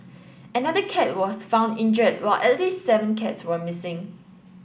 another cat was found injured while at least seven cats were missing